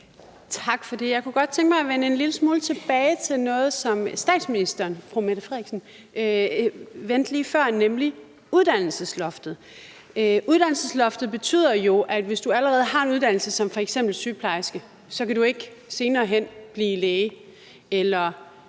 Tak for det. Jeg kunne godt tænke mig at vende en lille smule tilbage til noget, som statsministeren, fru Mette Frederiksen, vendte lige før, nemlig uddannelsesloftet. Uddannelsesloftet betyder jo, at hvis du allerede har en uddannelse som f.eks. sygeplejerske, kan du ikke senere hen blive læge, eller